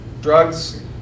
drugs